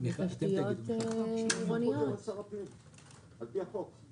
זה בסמכות שר הפנים על פי החוק.